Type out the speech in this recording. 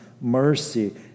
mercy